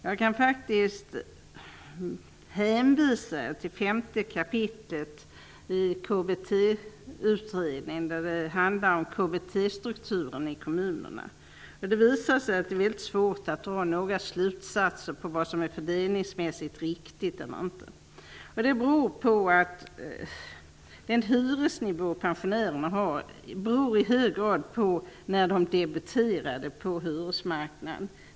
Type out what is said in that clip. Jag kan faktiskt hänvisa till strukturen i kommunerna. Det visar sig att det är väldigt svårt att dra några slutsatser om vad som är fördelningsmässigt riktigt eller inte. Det beror på att den hyresnivå pensionärerna har i hög grad bestäms av när de debuterade på hyresmarknaden.